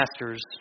master's